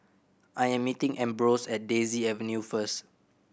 I am meeting Ambrose at Daisy Avenue first